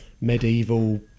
medieval